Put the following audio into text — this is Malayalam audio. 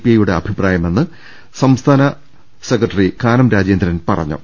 ഐയുടെ അഭിപ്രായമെന്ന് സംസ്ഥാന സെക്രട്ടറി കാനം രാജേ ന്ദ്രൻ പറഞ്ഞു